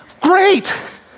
great